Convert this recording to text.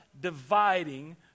dividing